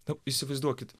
nu įsivaizduokit